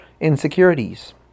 insecurities